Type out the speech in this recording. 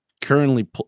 currently